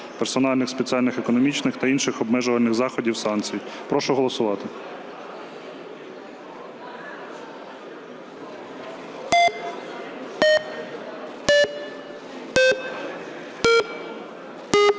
персональних спеціальних економічних та інших обмежувальних заходів (санкцій). Прошу голосувати. 10:49:37